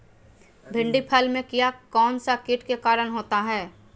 भिंडी फल में किया कौन सा किट के कारण होता है?